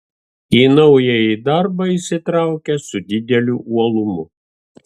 į naująjį darbą įsitraukė su dideliu uolumu